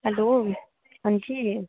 hello हांजी